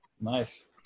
nice